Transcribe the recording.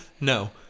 no